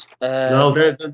No